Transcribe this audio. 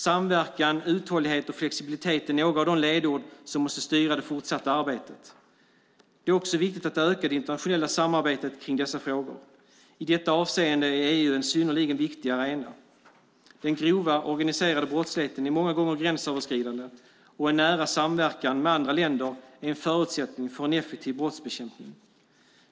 Samverkan, uthållighet och flexibilitet är några av de ledord som måste styra det fortsatta arbetet. Det är också viktigt att öka det internationella samarbetet kring dessa frågor. I detta avseende är EU en synnerligen viktig arena. Den grova organiserade brottsligheten är många gånger gränsöverskridande och en nära samverkan med andra länder är en förutsättning för en effektiv brottsbekämpning.